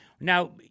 now